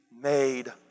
made